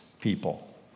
people